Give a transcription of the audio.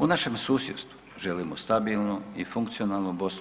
U našem susjedstvu želimo stabilnu i funkcionalnu BiH